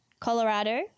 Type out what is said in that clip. Colorado